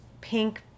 pink